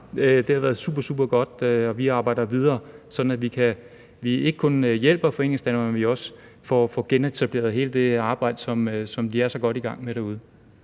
Det har været super, super godt, og vi arbejder videre, så vi ikke kun hjælper Foreningsdanmark, men også får genetableret hele det arbejde, som de er så godt i gang med derude.